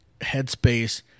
headspace